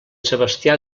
sebastià